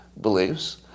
beliefs